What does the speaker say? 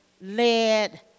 led